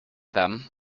them